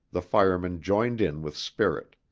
the firemen joined in with spirit.